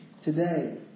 today